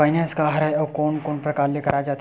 Finance का हरय आऊ कोन कोन प्रकार ले कराये जाथे?